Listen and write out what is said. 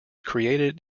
created